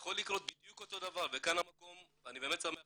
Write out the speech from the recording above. יכול להיות בדיוק אותו דבר וכאן אני באמת שמח